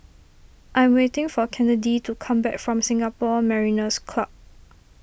I'm waiting for Kennedi to come back from Singapore Mariners' Club